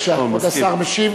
בבקשה, כבוד השר משיב.